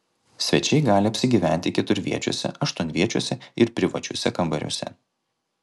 svečiai gali apsigyventi keturviečiuose aštuonviečiuose ir privačiuose kambariuose